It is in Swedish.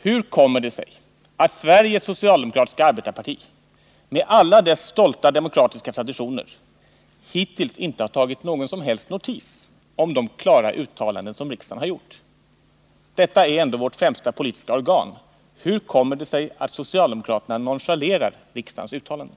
Hur kommer det sig att Sveriges socialdemokratiska arbetareparti, med alla dess stolta demokratiska traditioner, hittills inte har tagit någon som helst notis om de klara uttalanden som riksdagen gjort? Detta är ändå vårt främsta politiska organ. Hur kommer det sig att socialdemokraterna nonchalerar riksdagens uttalanden?